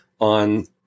on